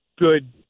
good